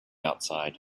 outside